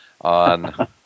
on